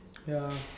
ya